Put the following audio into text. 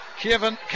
Kevin